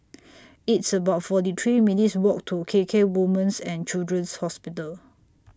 It's about forty three minutes' Walk to K K Women's and Children's Hospital